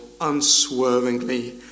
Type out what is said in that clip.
unswervingly